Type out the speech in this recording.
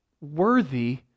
worthy